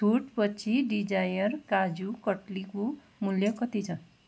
छुटपछि डिजायर काजु कटलीको मूल्य कति छ